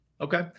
Okay